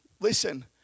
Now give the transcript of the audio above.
Listen